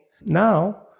Now